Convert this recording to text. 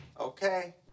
Okay